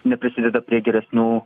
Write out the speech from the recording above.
neprisideda prie geresnių